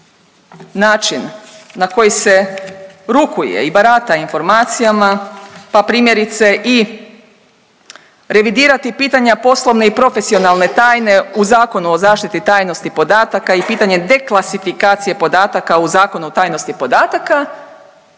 način na koji se rukuje i barata informacijama, pa primjerice i revidirati pitanja poslovne i profesionalne tajne u Zakonu o zaštiti tajnosti podataka i pitanje deklasifikacije podataka u Zakonu o tajnosti podataka,